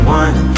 one